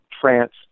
France